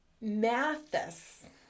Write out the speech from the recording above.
mathis